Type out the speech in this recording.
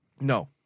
No